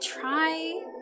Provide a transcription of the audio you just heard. try